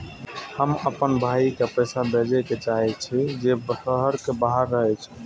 हम आपन भाई के पैसा भेजे के चाहि छी जे शहर के बाहर रहे छै